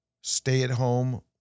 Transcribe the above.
stay-at-home